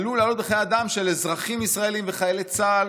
עלול לעלות בחיי אדם של אזרחים ישראלים וחיילי צה"ל,